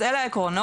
אז אלו העקרונות.